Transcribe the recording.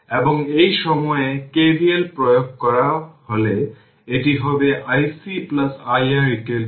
এটি 0368 তার মানে যদি একটি শতাংশে নেওয়া হয় যা ইনিশিয়াল ভ্যালু এর 368 শতাংশ হয়